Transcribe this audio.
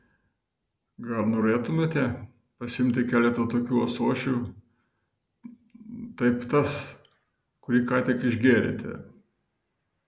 gal norėtumėte pasiimti keletą tokių ąsočių taip tas kurį ką tik išgėrėte